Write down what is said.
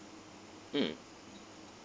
mm